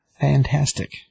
Fantastic